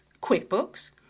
QuickBooks